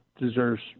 deserves